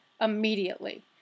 immediately